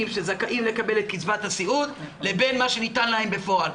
שזכאים לקבל את קיצבת הסיעוד לבין מה שניתן להם בפועל,